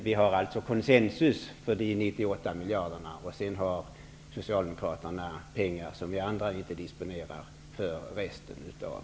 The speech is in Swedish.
Vi har alltså konsensus för de 98 miljarderna, och Socialdemokraterna har pengar för resten av beloppet, som vi andra inte disponerar.